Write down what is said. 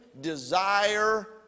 desire